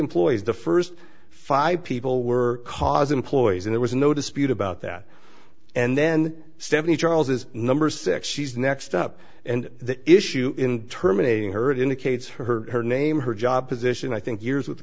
employees the first five people were cars employees there was no dispute about that and then seventy chass number six she's next up and the issue in terminating heard indicates her name her job position i think years with